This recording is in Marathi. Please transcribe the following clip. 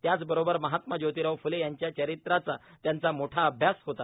त्याच बरोबर महात्मा ज्योतीराव फ्ले यांच्या चरित्राचा त्यांचा मोठा अभ्यास होता